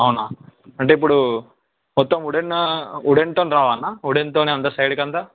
అవునా అంటే ఇప్పుడు మొత్తం వుడెన్ వుడెన్తో రావాల వుడెన్తో అంతా సైడ్కు అంతా